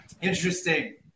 Interesting